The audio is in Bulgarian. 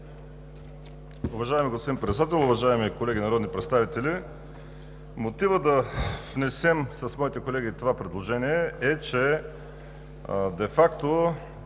Уважаеми господин Председател, уважаеми колеги народни представители! Мотивът да внесем с моите колеги това предложение е, че де факто